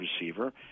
receiver